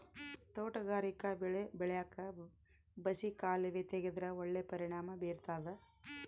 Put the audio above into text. ತೋಟಗಾರಿಕಾ ಬೆಳೆ ಬೆಳ್ಯಾಕ್ ಬಸಿ ಕಾಲುವೆ ತೆಗೆದ್ರ ಒಳ್ಳೆ ಪರಿಣಾಮ ಬೀರ್ತಾದ